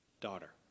daughter